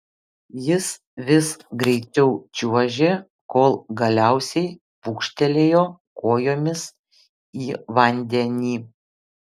jis vis greičiau čiuožė kol galiausiai pūkštelėjo kojomis į vandenį